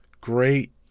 great